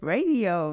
Radio